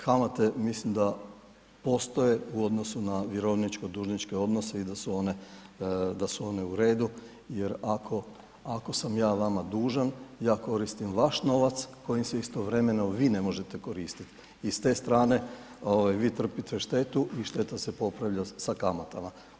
Kamate mislim da postoje u odnosu na vjerovničko dužničke odnose i da su one u redu jer ako sam ja vama dužan ja koristim vaš novac kojim se istovremeno vi ne možete koristiti i s te strane vi trpite štetu i štetu se popravlja s kamatama.